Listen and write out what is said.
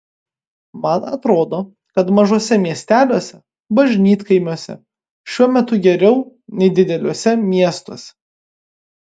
man atrodo kad mažuose miesteliuose bažnytkaimiuose šiuo metu geriau nei dideliuose miestuose